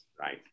Right